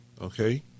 Okay